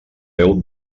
veu